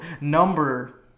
number